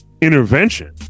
intervention